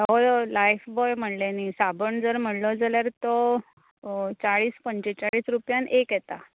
हय हय लायफबॉय म्हणलें न्हय साबण जर म्हणलो जाल्यार तो चाळीस पंचेचाळीस रुपयान एक येता